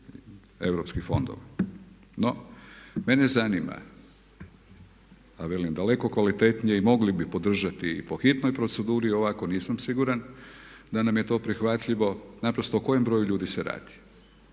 europskih fondova. No, mene zanima, a velim daleko kvalitetnije i mogli bi podržati i po hitnoj proceduri ovako nisam siguran da nam je to prihvatljivo. Naprosto o kojem broju ljudi se radi,